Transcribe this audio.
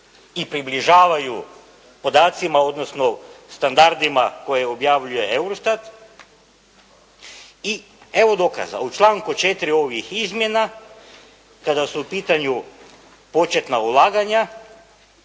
i približavaju podacima, odnosno standardima koje objavljuje Eurostatu. I evo dokaza, u članku 4. ovih izmjena, kada su u pitanju početna ulaganja,